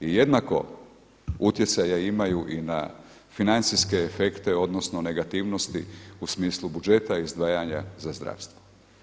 I jednako utjecaja imaju i na financijske efekte, odnosno negativnosti u smislu budžeta izdvajanja za zdravstvo.